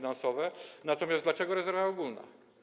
Natomiast dlaczego rezerwa ogólna?